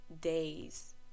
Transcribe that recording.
days